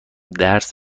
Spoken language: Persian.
درس